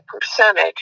percentage